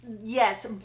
Yes